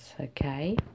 okay